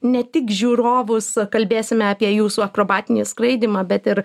ne tik žiūrovus kalbėsime apie jūsų akrobatinį skraidymą bet ir